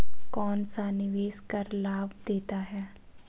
कौनसा निवेश कर लाभ देता है?